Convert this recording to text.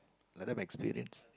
let them experience